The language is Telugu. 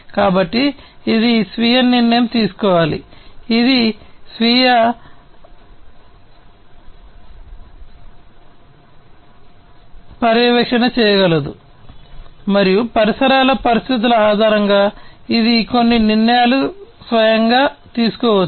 కాబట్టి ఇది స్వీయ నిర్ణయం తీసుకోవాలి ఇది స్వీయ పర్యవేక్షణ చేయగలదు మరియు పరిసర పరిస్థితుల ఆధారంగా ఇది కొన్ని నిర్ణయాలు స్వయంగా తీసుకోవచ్చు